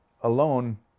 alone